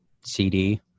CD